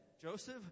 Joseph